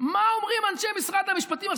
מה אומרים אנשי משרד המשפטים.